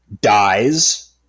dies